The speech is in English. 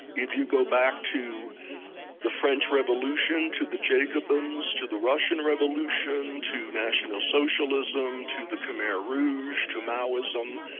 if you go back to the french revolution, to the jacobean, to the russian revolution, to national socialism, to the khmer rouge, to maoism,